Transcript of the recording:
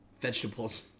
Vegetables